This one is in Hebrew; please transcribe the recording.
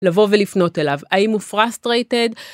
לבוא ולפנות אליו האם הוא פרסט רייטד?